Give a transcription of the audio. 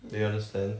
do you understand